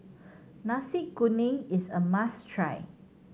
Nasi Kuning is a must try